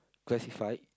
Classified